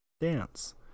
Dance